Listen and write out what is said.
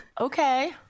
Okay